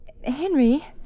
Henry